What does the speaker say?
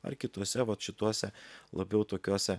ar kituose vat šituose labiau tokiuose